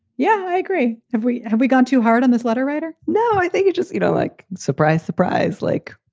yeah, i agree. have we. have we gone too hard on this letter writer. no. i think you just you know like. surprise. surprise. like